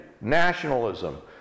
nationalism